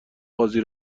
قاضی